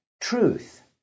truth